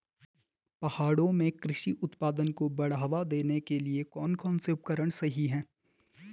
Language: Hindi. पहाड़ों में कृषि उत्पादन को बढ़ावा देने के लिए कौन कौन से उपकरण सही हैं?